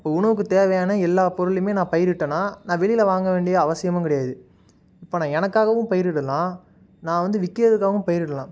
அப்போது உணவுக்கு தேவையான எல்லா பொருளுமே நான் பயிரிட்டேன்னா நான் வெளியில வாங்க வேண்டிய அவசியமும் கிடையாது இப்போ நான் எனக்காகவும் பயிரிடலாம் நான் வந்து விற்கிறதுக்காகவும் பயிரிடலாம்